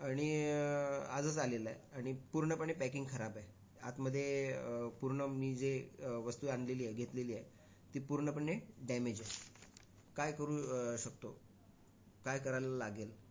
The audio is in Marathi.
आणि आजच आलेला आहे आणि पूर्णपणे पॅकिंग खराब आहे आतमध्ये पूर्ण मी जे वस्तू आणलेली आहे घेतलेली आहे ती पूर्णपणे डॅमेज आहे काय करू शकतो काय करायला लागेल